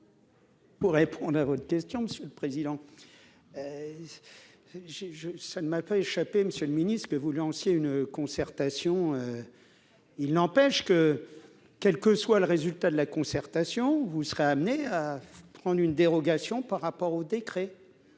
Pour répondre à votre question, Monsieur le Président, j'ai je ça ne m'a pas échappé, Monsieur le Ministre, que vous lanciez une concertation il n'empêche que, quel que soit le résultat de la concertation, vous serez amené à prendre une dérogation par rapport au décret,